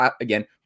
again